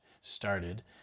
started